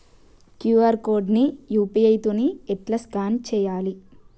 QR code ని UPI తోని ఎట్లా స్కాన్ చేయాలి?